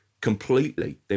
completely